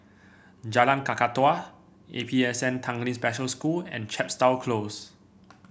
Jalan Kakatua A P S N Tanglin Special School and Chepstow Close